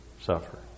suffer